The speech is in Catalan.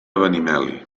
benimeli